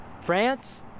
France